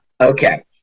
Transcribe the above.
Okay